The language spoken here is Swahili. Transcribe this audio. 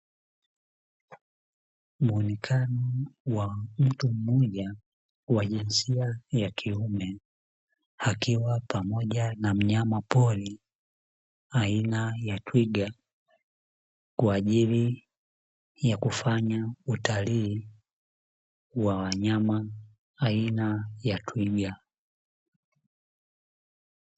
Muonekano wa mtu mmoja wa jinsia ya kiume akiwa pamoja na mnyamapori aina ya twiga, kwaajili ya kufanya utalii wa wanyama aina ya twiga.